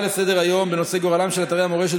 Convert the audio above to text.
לסדר-היום בנושא: גורלם של אתרי המורשת